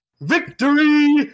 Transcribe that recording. Victory